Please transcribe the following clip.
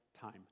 time